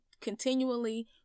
continually